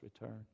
return